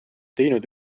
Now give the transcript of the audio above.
teinud